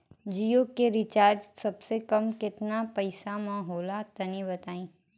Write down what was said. जियो के रिचार्ज सबसे कम केतना पईसा म होला तनि बताई?